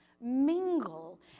mingle